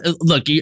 look